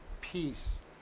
peace